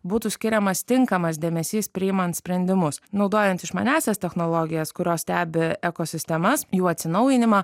būtų skiriamas tinkamas dėmesys priimant sprendimus naudojant išmaniąsias technologijas kurios stebi ekosistemas jų atsinaujinimą